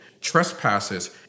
trespasses